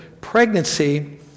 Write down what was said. pregnancy